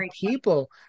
people